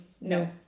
No